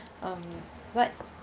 um what